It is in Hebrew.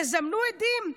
תזמנו עדים.